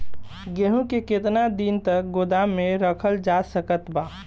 गेहूँ के केतना दिन तक गोदाम मे रखल जा सकत बा?